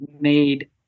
made